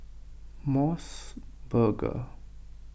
Mos Burger